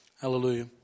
Hallelujah